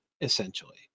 essentially